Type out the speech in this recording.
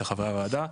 לחברי הוועדה.